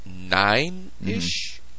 Nine-ish